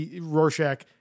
Rorschach